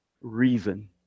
reason